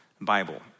Bible